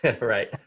Right